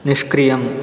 निष्क्रियम्